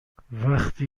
وقتی